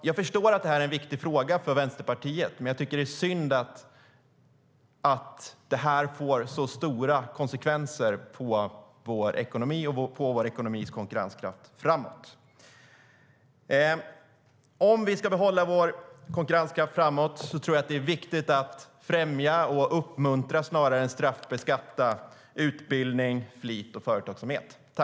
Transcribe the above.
Jag förstår att detta är en viktig fråga för Vänsterpartiet, men jag tycker att det är synd att det får så stora konsekvenser för vår ekonomi och dess konkurrenskraft framåt.